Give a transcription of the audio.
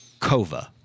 Kova